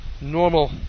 normal